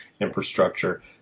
infrastructure